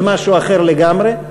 זה משהו אחר לגמרי.